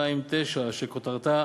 329, שכותרתה